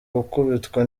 gukubitwa